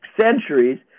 centuries